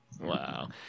Wow